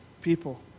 people